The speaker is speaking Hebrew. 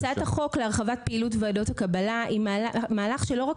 הצעת החוק להרחבת פעילות ועדות הקבלה היא מהלך שלא רק